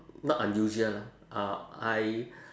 not unusual lah uh I